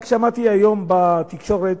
רק היום שמעתי בתקשורת